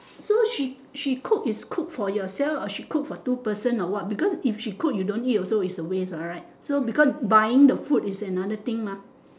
so she she cook is cook for yourself or she cook for two person or what because if she cook and you don't eat also a waste right so because buying the food is another thing mah